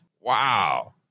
Wow